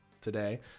today